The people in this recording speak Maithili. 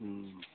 हुँ